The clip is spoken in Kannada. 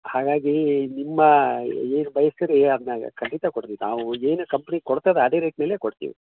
ಹಾಗಾಗಿ ನಿಮ್ಮ ಏನು ಬಯಸ್ತೀರಿ ಅದನ್ನ ಖಂಡಿತ ಕೊಡ್ತಿವಿ ನಾವು ಏನು ಕಂಪ್ನಿ ಕೊಡ್ತದೆ ಅದೇ ರೇಟಿನಲ್ಲೆ ಕೊಡ್ತೀವಿ